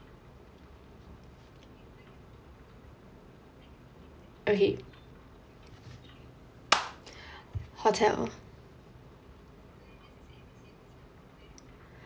okay hotel